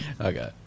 Okay